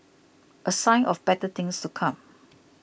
a sign of better things to come